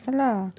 ya lah